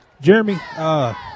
Jeremy